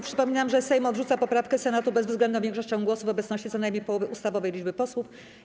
Przypominam, że Sejm odrzuca poprawkę Senatu bezwzględną większością głosów w obecności co najmniej połowy ustawowej liczby posłów.